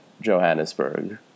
Johannesburg